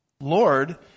Lord